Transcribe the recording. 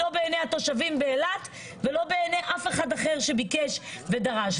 לא בעיני התושבים באילת ולא בעיני אף אחד אחר שביקש ודרש.